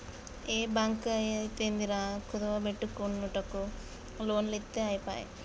ఏ బాంకైతేందిరా, కుదువ బెట్టుమనకుంట లోన్లిత్తె ఐపాయె